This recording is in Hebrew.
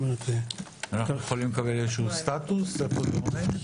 אנחנו יכולים לקבל איזשהו סטטוס איפה זה עומד?